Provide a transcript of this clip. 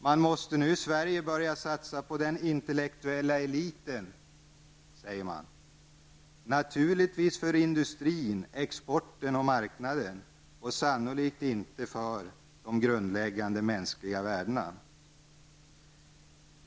De säger att man i Sverige nu måste börja satsa på den intellektuella eliten. Naturligtvis säger de detta med tanke på industrin, exporten och marknaden och sannolikt inte med tanke på de grundläggande mänskliga värdena.